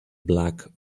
black